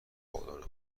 خودش